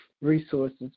resources